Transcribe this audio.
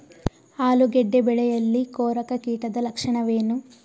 ಆಲೂಗೆಡ್ಡೆ ಬೆಳೆಯಲ್ಲಿ ಕೊರಕ ಕೀಟದ ಲಕ್ಷಣವೇನು?